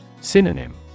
Synonym